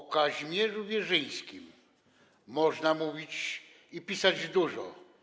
O Kazimierzu Wierzyńskim można mówić i pisać dużo.